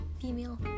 female